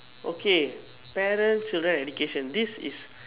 okay parents children and education this is